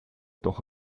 doch